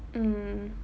mm